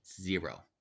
Zero